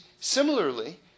similarly